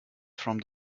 from